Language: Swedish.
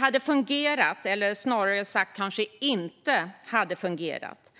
hade fungerat eller snarare sagt inte hade fungerat.